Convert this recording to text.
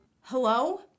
Hello